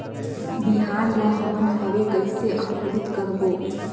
बिहान ला हमन हवे कइसे अंकुरित करबो?